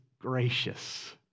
gracious